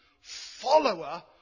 follower